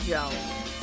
Jones